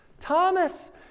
Thomas